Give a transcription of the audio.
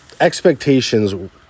expectations